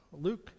Luke